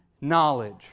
knowledge